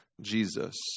Jesus